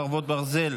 חרבות ברזל),